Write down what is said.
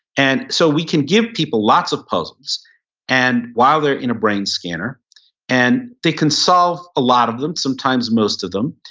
and so we can give people lots of puzzles and while they're in a brain scanner and they can solve a lot of them, sometimes most of them.